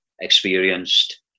experienced